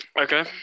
Okay